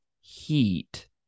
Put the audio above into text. heat